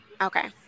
Okay